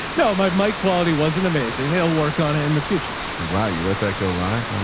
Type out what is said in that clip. you know my my quality. wasn't amazing. and they'll work on it in the future. it's like, wow, you let that go live um